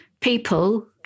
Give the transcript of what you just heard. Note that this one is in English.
people